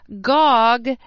Gog